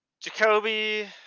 Jacoby